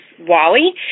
Wally